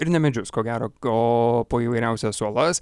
ir ne medžius ko gero o po įvairiausias uolas